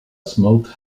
smoked